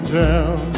down